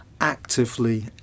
actively